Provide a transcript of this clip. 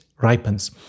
ripens